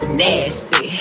nasty